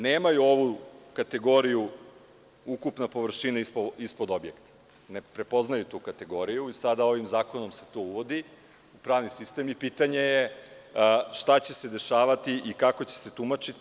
Nemaju ovu kategoriju - ukupna površina ispod objekta, ne prepoznaju tu kategoriju i sada se ovim zakonom to uvodi u pravni sistem i pitanje je šta će se dešavati i kako će se tumačiti.